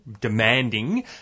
demanding